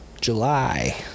July